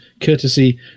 courtesy